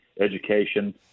education